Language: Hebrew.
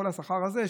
כל השכר הזה,